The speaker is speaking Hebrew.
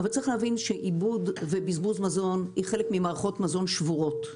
אבל צריך להבין שאיבוד ובזבוז מזון זה חלק ממערכות מזון שבורות.